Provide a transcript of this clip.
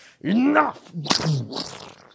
Enough